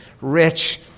rich